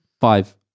Five